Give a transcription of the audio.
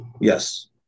Yes